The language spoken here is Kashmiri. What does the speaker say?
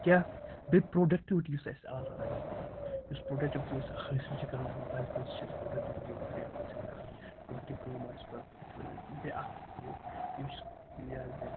کیٛاہ بیٚیہِ پرٛوڈَکٹِوِٹی یُس اَسہِ آز آے یُس پرٛوڈَکٹِوِٹی أسۍ حٲصِل چھِ کَران اَتھ موبایلَس منٛز سُہ چھِ أسۍ پرٛوڈَکٹِوِٹی واریاہ حٲصِل کَران کانٛہہ تہِ کٲم آسہِ سُہ کَرو بیٚیہِ اَکھ چیٖز یہِ چھُ یہِ حظ یہِ